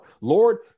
Lord